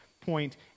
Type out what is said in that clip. point